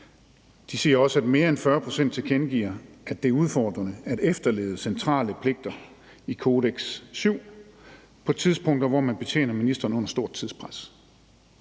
siger også, at mere end 40 pct. tilkendegiver, at det er udfordrende at efterleve centrale pligter i »Kodeks VII« på tidspunkter, hvor man betjener ministeren under stort tidspres.